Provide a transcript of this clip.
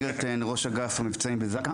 אגף המבצעים בזק"א.